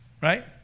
right